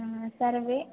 हा सर्वे